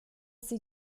sie